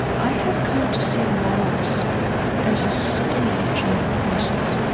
i have come to see loss as a stage in a process.